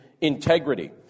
integrity